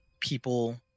people